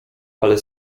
ale